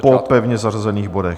Po pevně zařazených bodech.